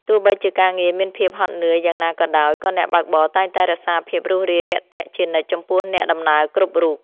ទោះបីជាការងារមានភាពហត់នឿយយ៉ាងណាក៏ដោយក៏អ្នកបើកបរតែងតែរក្សាភាពរួសរាយរាក់ទាក់ជានិច្ចចំពោះអ្នកដំណើរគ្រប់រូប។